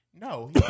No